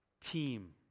team